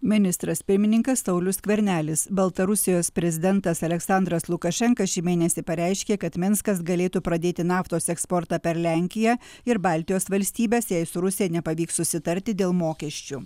ministras pirmininkas saulius skvernelis baltarusijos prezidentas aleksandras lukašenka šį mėnesį pareiškė kad minskas galėtų pradėti naftos eksportą per lenkiją ir baltijos valstybes jei su rusija nepavyks susitarti dėl mokesčių